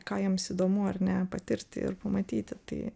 ką jiems įdomu ar ne patirti ir pamatyti tai